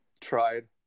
tried